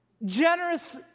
generous